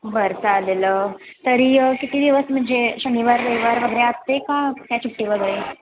बरं चालेल तरी किती दिवस म्हणजे शनिवार रविवार वगैरे असते का त्या सुट्टी वगैरे